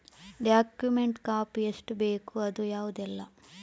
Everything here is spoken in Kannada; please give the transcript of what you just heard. ಡಾಕ್ಯುಮೆಂಟ್ ಕಾಪಿ ಎಷ್ಟು ಬೇಕು ಅದು ಯಾವುದೆಲ್ಲ?